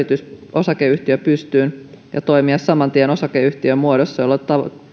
osakeyhtiö pystyyn ja toimia saman tien osakeyhtiömuodossa jolloin